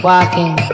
Walking